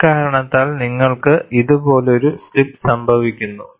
ഇക്കാരണത്താൽ നിങ്ങൾക്ക് ഇതുപോലൊരു സ്ലിപ്പ് സംഭവിക്കുന്നു